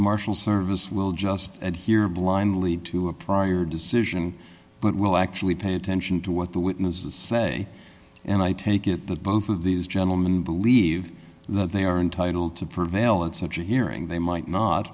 marshal service will just and here blindly to a prior decision but will actually pay attention to what the witnesses say and i take it that both of these gentlemen believe that they are entitled to prevail in such a hearing they might not